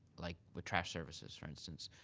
like the trash services for instance,